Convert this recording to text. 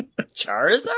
Charizard